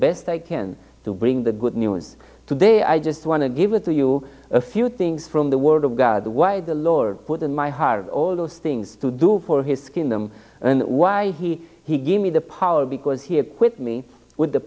best i can to bring the good news today i just want to give it to you a few things from the word of god why the lord put in my heart all those things to do for his skin them and why he he gave me the power because he acquit me with the